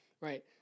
right